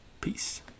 Peace